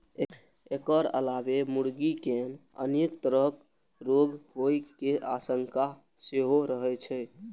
एकर अलावे मुर्गी कें अनेक तरहक रोग होइ के आशंका सेहो रहै छै